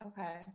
Okay